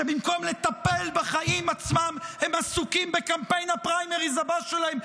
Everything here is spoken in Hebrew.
שבמקום לטפל בחיים עצמם הם עסוקים בקמפיין הפריימריז הבא שלהם,